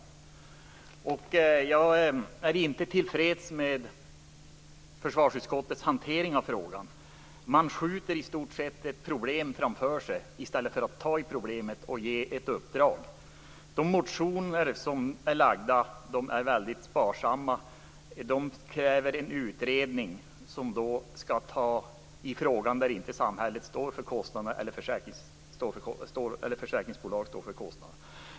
Jag är inte till freds med försvarsutskottets hantering av frågan. Man skjuter ett problem framför sig i stället för att ta itu med problemet och ge ett uppdrag. Kraven i de väckta motionerna är väldigt sparsamma. Man kräver en utredning som skall klarlägga situationen när inte samhället eller försäkringsbolag står för kostnaderna.